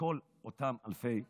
לכל אותם אלפי ילדים.